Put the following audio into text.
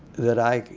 that i